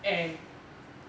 and